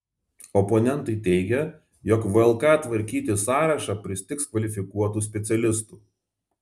oponentai teigia jog vlk tvarkyti sąrašą pristigs kvalifikuotų specialistų